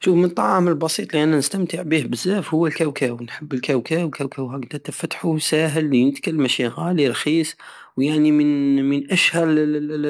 شوف من الطعام البسيط الي انا نستمتع بيه بزاف هو الكاوكاو نحب الكاوكاو- الكاوكاو هكدا تفتحو ساهل ينتكل ماشي غالي رخيس ويعني من- من اشهى ال ال-